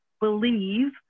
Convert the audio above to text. believe